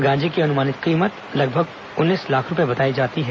गांजे की अनुमानित कीमत लगभग उन्नीस लाख रूपये बताई जाती है